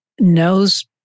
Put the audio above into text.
knows